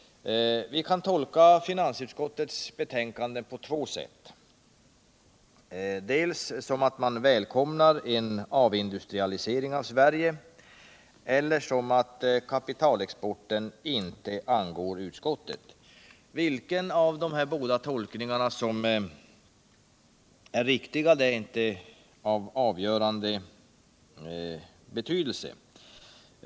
Vi kan tolka finansutskottets betänkande på två sätt: som att man välkomnar en avindustrialisering av Sverige eller som att kapitalex porten inte angår utskottet. Vilken av de båda tolkningarna som är den riktiga är inte av avgörande betydelse.